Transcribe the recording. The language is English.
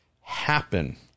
happen